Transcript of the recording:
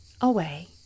away